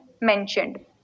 mentioned